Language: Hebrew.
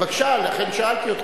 בבקשה, לכן שאלתי אותך,